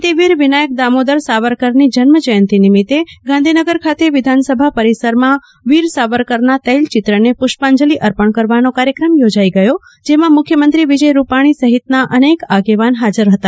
ક્રાંતિવીર વિનાયક દામોદર સાવરકરની જન્મજયંતી નિમિતે ગાંધીનગર ખાતે વિધાનસભા પરિસરમાં વીર સાવરકરના તૈલચિત્રને પુષ્પાંજલિ અર્પણ કરવાનો કાર્યક્રમ યોજાઇ ગયો જેમાં મુખ્યમંત્રી વિજય રૂપાશી સહિતના અનેક આગેવાન હાજર હતા